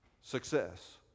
Success